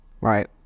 Right